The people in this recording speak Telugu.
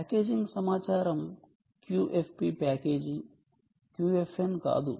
ప్యాకేజింగ్ సమాచారం QFP ప్యాకేజీ QFN కాదు